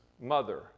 mother